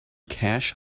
cash